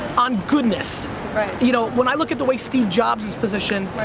on goodness. right you know, when i look at the way steve jobs' position,